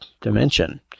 dimension